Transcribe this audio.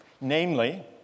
namely